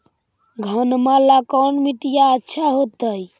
घनमा ला कौन मिट्टियां अच्छा होतई?